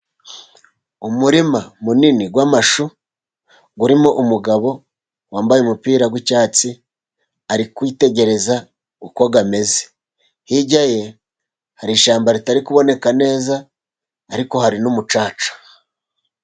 Umurima munini w'amashu, urimo umugabo wambaye umupira w'icyatsi, ari kwitegereza uko ameze hirya ye hari ishyamba ritari kuboneka neza, ariko hari n'umucaca.